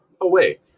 away